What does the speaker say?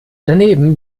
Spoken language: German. daneben